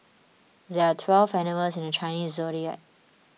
there are twelve animals in the Chinese zodiac